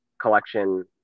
collection